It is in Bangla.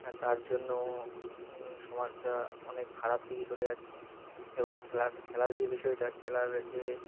হ্যাঁ তার জন্য সমাজটা অনেক খারাপ দিকে চলে যাচ্ছে এবং খেলার খেলার যে বিষয়টা খেলার যে